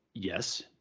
yes